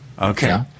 Okay